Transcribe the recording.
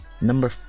number